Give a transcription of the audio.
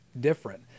different